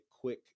quick